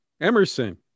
Emerson